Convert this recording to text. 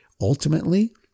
Ultimately